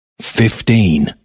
Fifteen